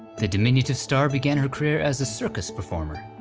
the diminutive star began her career as a circus performer.